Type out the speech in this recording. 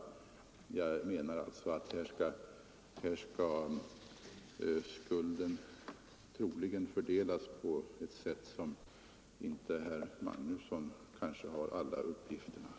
Jag menar alltså att skulden härvidlag troligen bör fördelas på ett sätt som herr Magnusson kanske inte har erhållit alla uppgifter om.